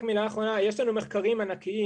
רק מילה אחרונה: יש לנו מחקרים ענקיים